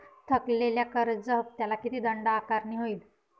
थकलेल्या कर्ज हफ्त्याला किती दंड आकारणी होईल?